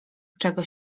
czego